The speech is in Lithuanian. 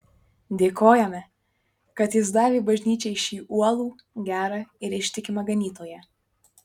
dėkojame kad jis davė bažnyčiai šį uolų gerą ir ištikimą ganytoją